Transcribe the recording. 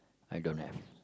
I don't have